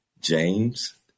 James